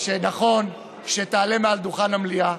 שנכון שתעלה ומגיד מעל דוכן המליאה: